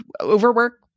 overwork